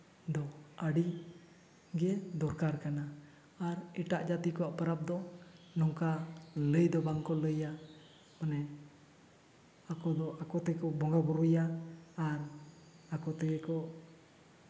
ᱫᱚ ᱟᱹᱰᱤᱜᱮ ᱫᱚᱨᱠᱟᱨ ᱠᱟᱱᱟ ᱟᱨ ᱮᱴᱟᱜ ᱡᱟᱹᱛᱤ ᱠᱚᱣᱟᱜ ᱯᱚᱨᱚᱵᱽ ᱫᱚ ᱱᱚᱝᱠᱟ ᱞᱟᱹᱭ ᱫᱚ ᱵᱟᱝᱠᱚ ᱞᱟᱹᱭᱟ ᱢᱟᱱᱮ ᱟᱠᱚ ᱫᱚ ᱟᱠᱚ ᱛᱮᱠᱚ ᱵᱚᱸᱜᱟᱼᱵᱩᱨᱩᱭᱟ ᱟᱨ ᱟᱠᱚ ᱛᱮᱜᱮ ᱠᱚ